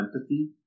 empathy